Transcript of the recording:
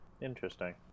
Interesting